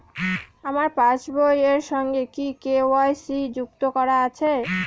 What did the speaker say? আমার পাসবই এর সঙ্গে কি কে.ওয়াই.সি যুক্ত করা আছে?